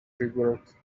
rework